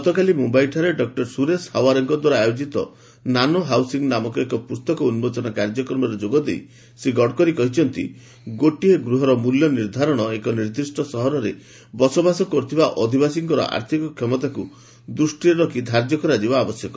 ଗତକାଲି ମୁମ୍ଭାଇରେ ଡକ୍ଟର ସୁରେଶ ହାୱାରେଙ୍କଦ୍ୱାରା ଆୟୋକିତ ନାନୋ ହାଉସିଂ ନାମକ ଏକ ପୁସ୍ତକ ଉନ୍ମୋଚନ କାର୍ଯ୍ୟକ୍ରମରେ ଯୋଗ ଦେଇ ଶ୍ରୀ ଗଡ଼କରି କହିଛନ୍ତି ଗୋଟିଏ ଗୃହର ମୂଲ୍ୟ ନିର୍ଦ୍ଧାରଣ ଏକ ନିର୍ଦ୍ଦିଷ୍ଟ ସହରରେ ବସବାସ କରୁଥିବା ଅଧୀବାସୀଙ୍କ ଆର୍ଥକ କ୍ଷମତାକୁ ଦୃଷ୍ଟିରେ ରଖି ଧାର୍ଯ୍ୟ କରିବା ଆବଶ୍ୟକ